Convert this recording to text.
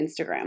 Instagram